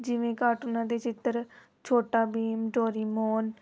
ਜਿਵੇਂ ਕਾਰਟੂਨਾਂ ਦੇ ਚਿੱਤਰ ਛੋਟਾ ਬੀਮ ਡੋਰੀਮੋਨ